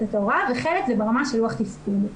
הטהורה וחלק זה ברמה של לוח תפקוד.